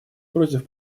против